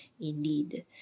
indeed